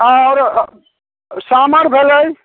आओर सामर भेलै